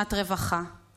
מדינת רווחה /